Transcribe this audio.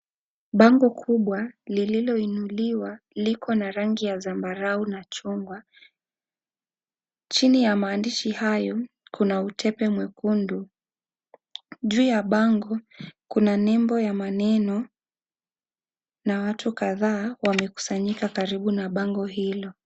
Bango kubwa lilioinuliwa liko na rangi la sambarau na chungwa, chini ya maandishi hayo kuna utepe mwekundu, juu ya bango kuna nembo ya maneno na watu kadhaa wamekusanyika karibu na bango hilo.